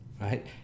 right